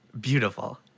Beautiful